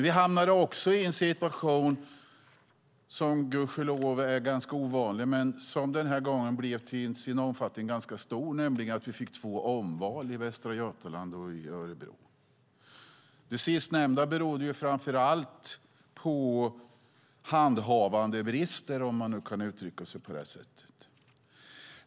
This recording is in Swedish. Vi hamnade också i en situation som gudskelov är ganska ovanlig och som fick en ganska stor konsekvens. Vi fick nämligen två omval, i Västra Götaland och i Örebro. I det sistnämnda fallet berodde det framför allt på handhavandebrister, om man kan uttrycka sig på det sättet.